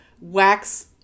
wax